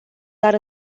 dar